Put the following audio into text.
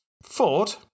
Ford